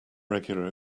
regular